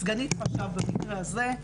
סגנית חשב במקרה הזה.